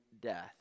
death